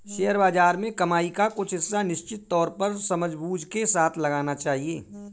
share बाज़ार में कमाई का कुछ हिस्सा निश्चित तौर पर समझबूझ के साथ लगाना चहिये